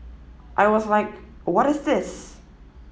I was like what is this